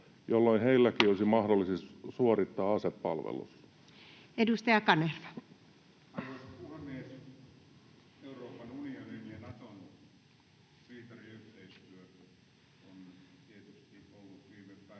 koputtaa] olisi mahdollisuus suorittaa asepalvelus? Edustaja Kanerva. Arvoisa puhemies! Euroopan unionin ja Naton yhteistyö on tietysti ollut viime päivinä